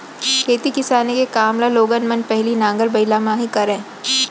खेती किसानी के काम ल लोगन मन पहिली नांगर बइला म ही करय